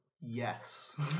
Yes